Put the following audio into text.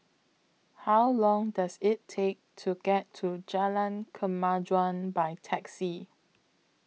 How Long Does IT Take to get to Jalan Kemajuan By Taxi